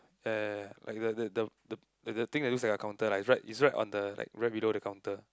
ya ya like the the the the the thing that looks like a counter like is right is right on the like right below the counter